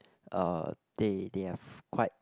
uh they they have quite